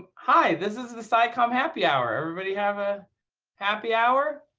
hi this is the scicomm happy hour. everybody have a happy hour